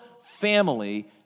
family